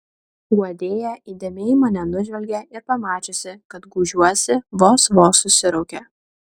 guodėja įdėmiai mane nužvelgė ir pamačiusi kad gūžiuosi vos vos susiraukė